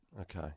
Okay